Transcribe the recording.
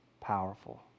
powerful